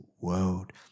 world